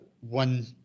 one